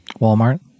Walmart